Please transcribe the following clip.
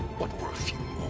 what were a few